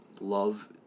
love